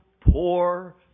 poor